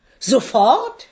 Sofort